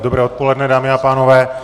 Dobré odpoledne, dámy a pánové.